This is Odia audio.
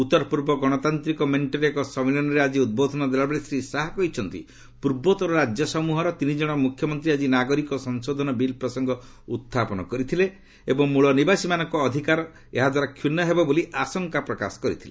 ଉତ୍ତରପୂର୍ବ ଗଶତାନ୍ତିକ ମେଷ୍ଟର ଏକ ସମ୍ମିଳନୀରେ ଆକି ଉଦ୍ବୋଧନ ଦେଲାବେଳେ ଶ୍ରୀ ଶାହା କହିଛନ୍ତି ପ୍ରର୍ବୋତ୍ତର ରାଜ୍ୟ ସମୁହର ତିନିଜଣ ମୁଖ୍ୟମନ୍ତ୍ରୀ ଆଜି ନାଗରିକ ସଂଶୋଧନ ବିଲ୍ ପ୍ରସଙ୍ଗ ଉଡ୍ଡାପନ କରିଥିଲେ ଏବଂ ମୂଳ ନିବାସୀମାନଙ୍କ ଅଧିକାର ଏହା ଦ୍ୱାରା କ୍ଷୁର୍ଣ୍ଣ ହେବ ବୋଲି ଆଶଙ୍କା ପ୍ରକାଶ କରିଥିଲେ